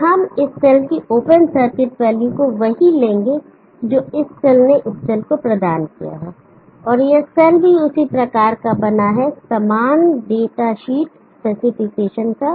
और हम इस सेल की ओपन सर्किट वैल्यू को वही लेंगे जो इस सेल ने इस सेल को प्रदान किया और यह सेल भी उसी प्रकार का बना है सामान डेट शीट स्पेसिफिकेशन का